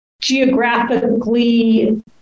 geographically